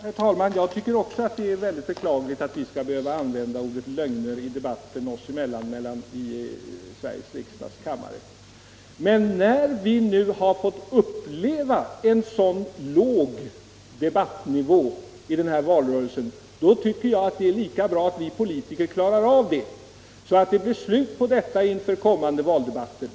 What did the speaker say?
Herr talman! Jag tycker också att det är väldigt beklagligt att vi skall behöva använda ordet lögner i debatten oss emellan i Sveriges riksdags Allmänpolitisk debatt Allmänpolitisk debatt kammare, men när vi nu fått uppleva en så låg debattnivå i den här valrörelsen anser jag att det är lika bra att vi politiker klarar av detta, så att det blir slut på sådant inför kommande valdebatter.